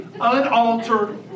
unaltered